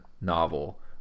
novel